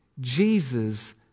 Jesus